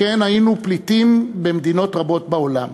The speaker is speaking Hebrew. שכן היינו פליטים במדינות רבות בעולם.